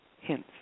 hints